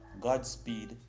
Godspeed